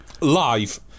Live